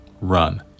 run